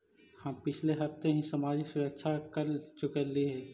हम पिछले हफ्ते ही सामाजिक सुरक्षा कर चुकइली हे